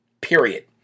period